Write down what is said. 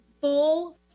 full